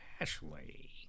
Ashley